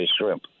shrimp